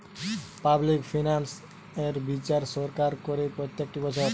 public finance এর বিচার সরকার করে প্রত্যেকটি বছর